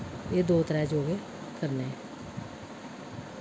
एह् दो न्नै योग करने